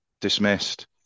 dismissed